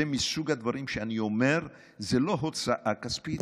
זה מסוג הדברים שאני אומר שזו לא הוצאה כספית,